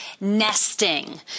nesting